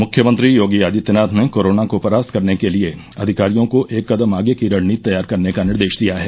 मुख्यमंत्री योगी आदित्यनाथ ने कोरोना को परास्त करने के लिये अधिकारियों को एक कदम आगे की रणनीति तैयार करने का निर्देश दिया है